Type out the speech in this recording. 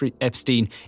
Epstein